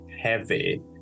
heavy